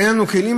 אין לנו כלים?